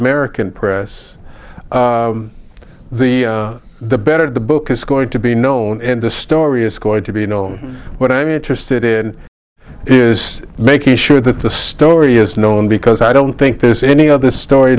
american press the the better the book is going to be known and the story is going to be you know what i'm interested in is making sure that the story is known because i don't think there's any of the story